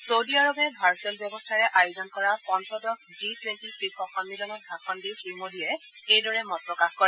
চৌদি আৰৱে ভাৰ্চুৱেল ব্যৱস্থাৰে আয়োজন কৰা পঞ্চদশ জি টুৱেণ্টি শীৰ্ষ সন্মিলনত ভাষণ দি শ্ৰীমোদীয়ে এইদৰে মত প্ৰকাশ কৰে